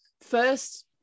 first